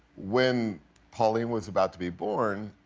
when pauline was about to be born,